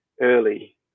early